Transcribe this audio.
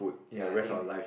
ya I think